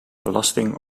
belasting